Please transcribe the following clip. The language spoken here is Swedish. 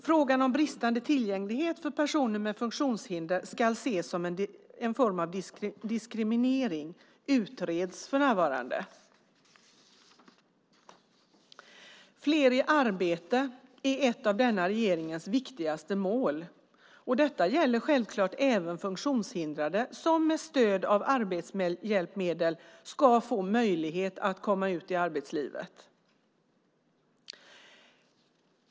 Frågan om bristande tillgänglighet för personer med funktionshinder ska ses som en form av diskriminering utreds för närvarande. Fler i arbete är ett av denna regerings viktigaste mål. Detta gäller självklart även funktionshindrade, som med stöd av arbetshjälpmedel ska få möjlighet att komma ut i arbetslivet.